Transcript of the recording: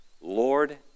Lord